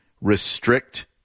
restrict